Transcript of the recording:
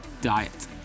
diet